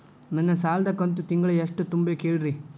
ನನ್ನ ಸಾಲದ ಕಂತು ತಿಂಗಳ ಎಷ್ಟ ತುಂಬಬೇಕು ಹೇಳ್ರಿ?